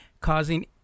causing